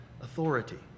authority